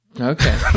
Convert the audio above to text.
Okay